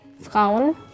Frauen